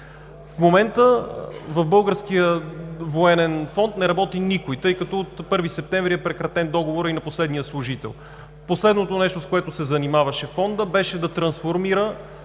В момента в Българския военен фонд не работи никой, тъй като от 1 септември е прекратен договорът и на последния служител. Последното нещо, с което се занимаваше Фондът, беше да трансформира